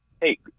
Hey